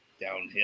downhill